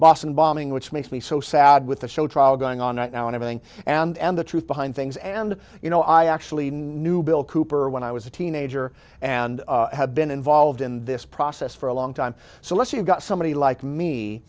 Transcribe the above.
boston bombing which makes me so sad with the show trial going on right now and everything and the truth behind things and you know i actually knew bill cooper when i was a teenager and have been involved in this process for a long time so let's you've got somebody like me